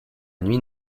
nuit